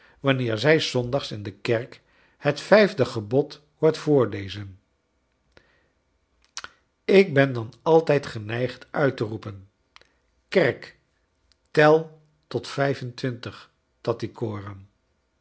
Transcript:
wanneer zij s zondags in de kerk het vijfde gebod hoort voorlezen ik ben dan altijd geneigd uit te roepen kcrk tel tot